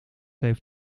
heeft